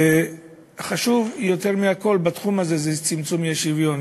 חשוב יותר מכול בתחום הזה הוא צמצום האי-שוויון.